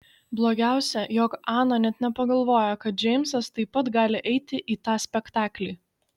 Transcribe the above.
blogiausia jog ana net nepagalvojo kad džeimsas taip pat gali eiti į tą spektaklį